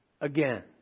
again